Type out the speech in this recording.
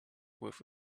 with